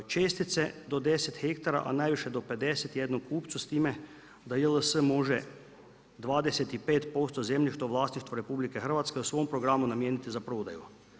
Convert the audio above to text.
Čestice do 10 hektara a najviše do 51 kupcu s time da JLS može 25% zemljišta u vlasništvu RH u svom programu namjeniti za prodaju.